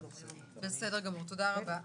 בסדר גמור, תודה רבה.